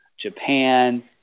Japan